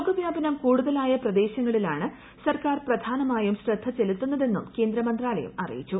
രോഗവ്യാപനം കൂടുതലായ പ്രദേശങ്ങളിലാണ് സർക്കാർ പ്രധാനമായും ശ്രദ്ധ ചെലുത്തുന്നതെന്നും കേന്ദ്ര മന്ത്രാലയം വ്യക്തമാക്കി